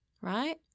Right